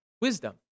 wisdom